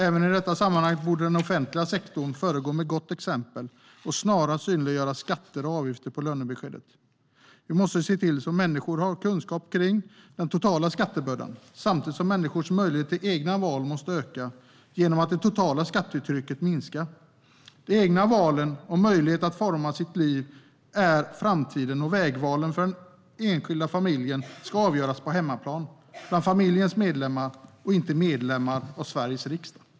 Även i detta sammanhang borde den offentliga sektorn föregå med gott exempel och snarast synliggöra skatter och avgifter på lönebeskedet. Vi måste se till att människor har kunskap om den totala skattebördan, samtidigt som människors möjligheter till egna val måste öka genom att det totala skattetrycket minskar. De egna valen och möjlighet att forma sina liv är framtiden, och vägvalen för den enskilda familjen ska avgöras på hemmaplan bland familjens medlemmar och inte av ledamöter i Sveriges riksdag.